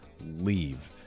leave